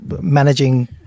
managing